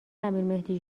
امیرمهدی